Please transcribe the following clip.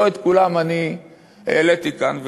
שלא את כולם העליתי כאן,